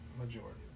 Majority